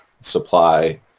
supply